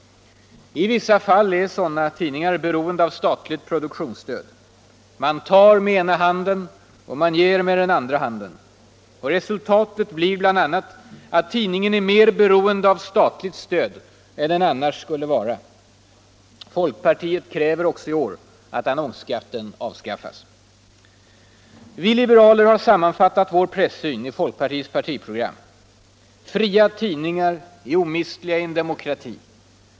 I vissa fall är sådana tidningar beroende av statligt produktionsstöd. Man tar med ena handen och ger med den andra. Resultatet blir bl.a. att tidningen är mer beroende av statligt stöd än den annars skulle vara. Folkpartiet kräver också i år att annonsskatten skall avskaffas. Vi liberaler har sammanfattat vår pressyn i folkpartiets partiprogram: ”Fria tidningar är omistliga i en demokrati.